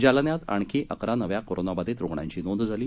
जालन्यात आणखी अकरा नव्या कोरोनाबाधित रुग्णांची नोंद झाली